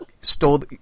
stole